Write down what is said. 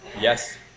yes